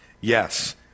Yes